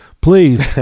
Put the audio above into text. please